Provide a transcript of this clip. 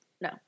no